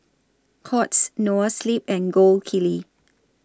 Courts Noa Sleep and Gold Kili